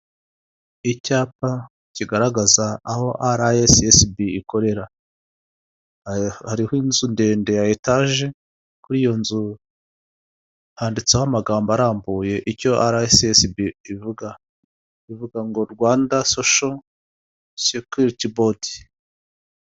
Icyapa kigaragaza aho RSSB ikorera, hariho inzu ndende ya etaje kuri iyo nzu handitseho amagambo arambuye icyo RSSB ivuga, ivuga ngo Rwanda sosho sekiriti bodi.